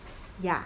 ya